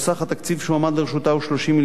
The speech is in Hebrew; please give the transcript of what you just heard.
התקציב שהועמד לרשותה הוא 30 מיליון שקלים,